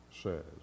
says